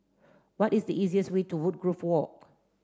what is the easiest way to Woodgrove Walk